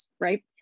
Right